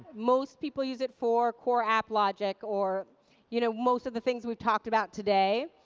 most people use it for core app logic or you know most of the things we've talked about today.